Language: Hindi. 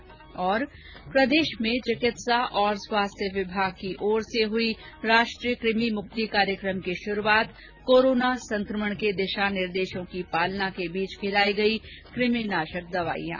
्र प्रदेश में चिकित्सा और स्वास्थ्य विभाग की ओर से हुई राष्ट्रीय कृमि मुक्ति कार्यक्रम की शुरूआत कोरोना संक्रमण के दिशा निर्देशों की पालना के बीच खिलाई गई कृमि नाशक दवाईयां